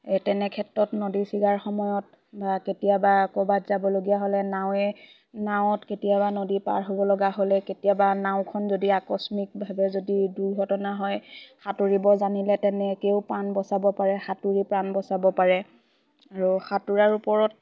এই তেনে ক্ষেত্ৰত নদী ছিগাৰ সময়ত বা কেতিয়াবা ক'বাত যাবলগীয়া হ'লে নাাৱৱে নাওত কেতিয়াবা নদী পাৰ হ'ব লগা হ'লে কেতিয়াবা নাওখন যদি আকস্মিকভাৱে যদি দুৰ্ঘটনা হয় সাঁতুৰিব জানিলে তেনেকেও প্ৰাণ বচাব পাৰে সাঁতুৰি প্ৰাণ বচাব পাৰে আৰু সাঁতোৰাৰ ওপৰত